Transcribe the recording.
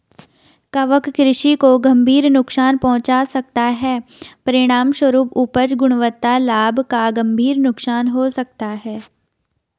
कवक कृषि को गंभीर नुकसान पहुंचा सकता है, परिणामस्वरूप उपज, गुणवत्ता, लाभ का गंभीर नुकसान हो सकता है